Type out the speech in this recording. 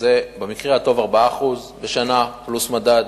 זה במקרה הטוב 4% בשנה פלוס מדד,